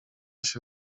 się